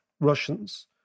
russians